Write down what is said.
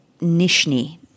Nishni